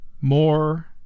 more